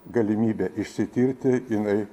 galimybė išsitirti jinai